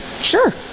sure